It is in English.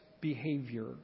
behavior